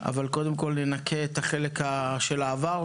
אבל קודם כול ננקה את החלק של העבר,